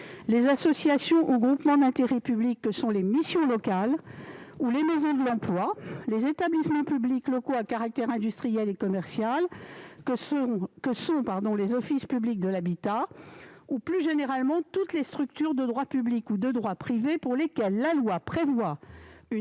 les associations ou groupements d'intérêt public que sont les missions locales ou les maisons de l'emploi, les établissements publics locaux à caractère industriel et commercial que sont les offices publics de l'habitat et, plus généralement, toutes les structures de droit public ou de droit privé pour lesquelles la loi prévoit la